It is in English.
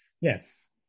yes